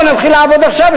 בוא נתחיל לעבוד עכשיו,